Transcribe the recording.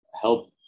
help